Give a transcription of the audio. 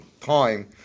time